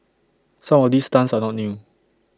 some of these stunts are not new